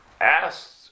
asked